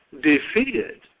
defeated